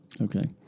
Okay